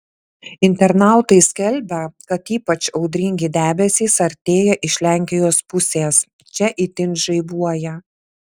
internautai skelbia kad ypač audringi debesys artėja iš lenkijos pusės čia itin žaibuoja